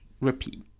Repeat